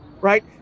Right